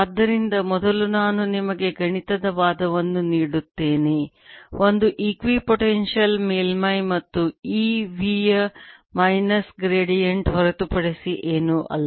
ಆದ್ದರಿಂದ ಮೊದಲು ನಾನು ನಿಮಗೆ ಗಣಿತದ ವಾದವನ್ನು ನೀಡುತ್ತೇನೆ ಒಂದು ಇಕ್ವಿಪೋಟೆನ್ಶಿಯಲ್ ಮೇಲ್ಮೈ ಮತ್ತು E V ಯ ಮೈನಸ್ ಗ್ರೇಡಿಯಂಟ್ ಹೊರತುಪಡಿಸಿ ಏನೂ ಅಲ್ಲ